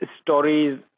stories